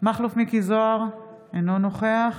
מכלוף מיקי זוהר, אינו נוכח